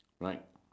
right